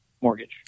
mortgage